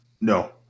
No